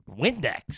Windex